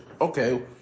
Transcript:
okay